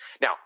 Now